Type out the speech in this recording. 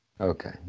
Okay